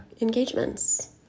engagements